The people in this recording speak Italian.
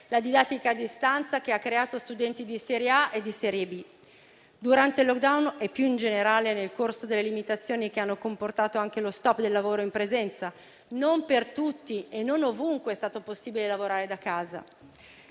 la didattica a distanza che ha creato studenti di serie a e di serie b. Durante il *lockdown* e, più in generale, nel corso delle limitazioni che hanno comportato anche lo *stop* del lavoro in presenza, non per tutti e non ovunque è stato possibile lavorare da casa.